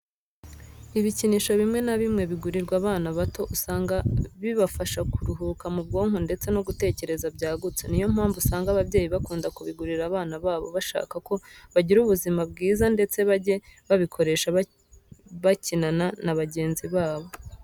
Ibikinisho bimwe na bimwe bigurirwa abana bato usanga bibafasha kuruhuka mu bwonko ndetse no gutekereza byagutse. Niyo mpamvu usanga ababyeyi bakunda kubigurira abana babo bashaka ko bagira ubuzima byiza ndetse bajye babikoresha bakinana ba bagenzi babo.